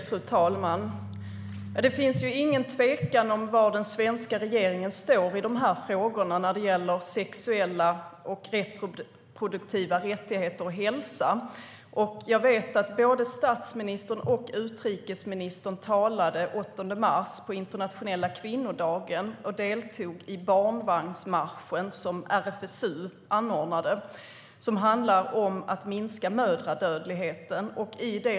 Fru talman! Det finns inget tvivel om var den svenska regeringen står när det gäller sexuella och reproduktiva rättigheter och hälsa. Både statsministern och utrikesministern talade på den internationella kvinnodagen den 8 mars och deltog i den barnvagnsmarsch för minskad mödradödlighet som RFSU anordnade.